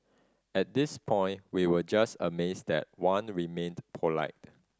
at this point we were just amazed that Wan remained polite